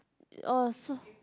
oh so